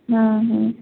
ହଁ ହଁ